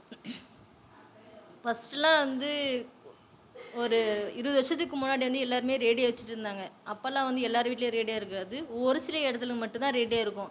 ஃபர்ஸ்ட்டுலாம் வந்து ஒரு இருபது வருஷத்துக்கு முன்னாடி வந்து எல்லோருமே ரேடியோ வைச்சிட்ருந்தாங்க அப்போல்லாம் வந்து எல்லார் வீட்டுலையும் ரேடியோ இருக்காது ஒரு சில இடத்துல மட்டுந்தான் ரேடியோ இருக்கும்